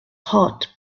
heart